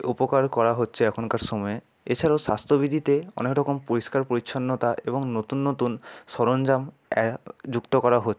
উপকার করা হচ্ছে এখনকার সময়ে এছাড়াও স্বাস্থ্যবিধিতে অনেক রকম পরিষ্কার পরিচ্ছন্নতা এবং নতুন নতুন সরঞ্জাম যুক্ত করা হচ্ছে